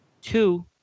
Two